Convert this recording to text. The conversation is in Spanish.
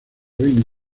reino